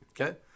Okay